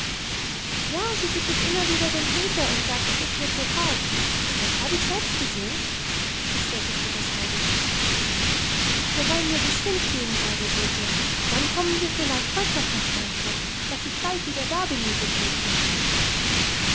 ja sie gibt es immer wieder dem peter und sagt es ist mir zu hart das habe ich selbst gesehen bestätigte das heidi so wollen wir geschwind gehen base dete dann kommen wir vielleicht heut noch nach frankfurt dass ich bald wieder da bin mit den brötchen